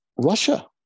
russia